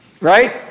right